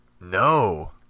No